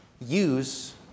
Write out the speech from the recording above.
use